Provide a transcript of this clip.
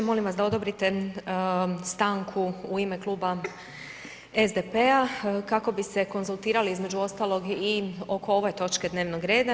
Molim vas da odobrite stanku u ime Kluba SDP-a kako bi se konzultirali između ostalog i oko ove točke dnevnog reda.